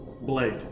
blade